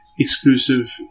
exclusive